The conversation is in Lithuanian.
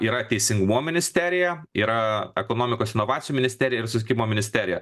yra teisingumo ministerija yra ekonomikos inovacijų ministerija ir susisiekimo ministerija